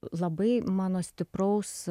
labai mano stipraus